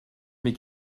mais